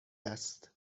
است